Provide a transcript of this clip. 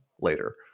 later